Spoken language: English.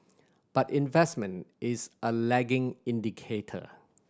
but investment is a lagging indicator